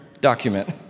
document